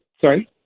sorry